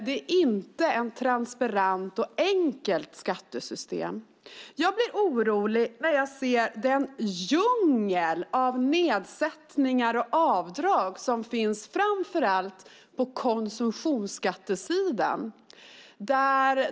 Det är inte ett transparent och enkelt skattesystem. Jag blir orolig när jag ser den djungel av nedsättningar och avdrag som finns framför allt på konsumtionsskattesidan.